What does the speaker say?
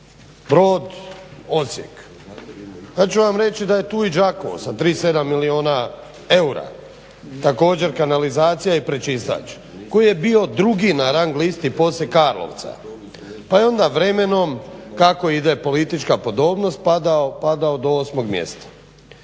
Brod, Osijek, ja ću vam reći da je tu i Đakovo sa 37 milijuna eura, također kanalizacija i prečistač koji je bio drugi na rang listi poslije Karlovca pa je onda vremenom kako ide politička podobnost padao do 8. mjeseca